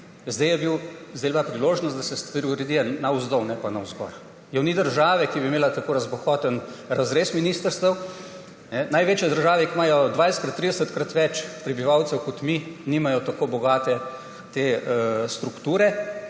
Zdaj je bila priložnost, da se stvari uredijo navzdol, ne pa navzgor. Je ni države, ki bi imela tako razbohoten razrez ministrstev. Največje države, ki imajo 20-krat, 30-krat več prebivalcev kot mi, nimajo tako bogate te strukture.